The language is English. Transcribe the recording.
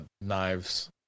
knives